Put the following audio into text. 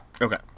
Okay